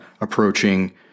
approaching